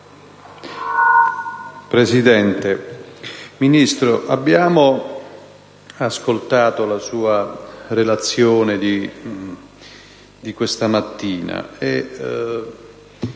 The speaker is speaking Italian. Presidente, Ministro, abbiamo ascoltato la sua relazione di questa mattina.